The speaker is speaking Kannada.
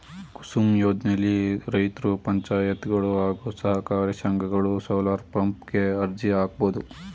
ಕುಸುಮ್ ಯೋಜ್ನೆಲಿ ರೈತ್ರು ಪಂಚಾಯತ್ಗಳು ಹಾಗೂ ಸಹಕಾರಿ ಸಂಘಗಳು ಸೋಲಾರ್ಪಂಪ್ ಗೆ ಅರ್ಜಿ ಹಾಕ್ಬೋದು